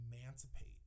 emancipate